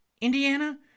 Indiana